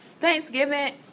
Thanksgiving